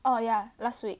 oh yeah last week